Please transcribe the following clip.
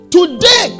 Today